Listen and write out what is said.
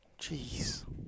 Jeez